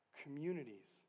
communities